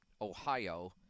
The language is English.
Ohio